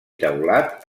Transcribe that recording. teulat